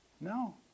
No